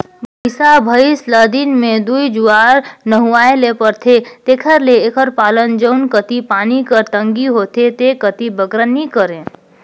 भंइसा भंइस ल दिन में दूई जुवार नहुवाए ले परथे तेकर ले एकर पालन जउन कती पानी कर तंगी होथे ते कती बगरा नी करें